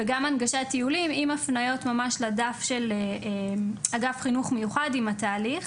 וגם הנגשת טיולים עם הפניות ממש לדף של אגף חינוך מיוחד עם התהליך